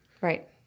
Right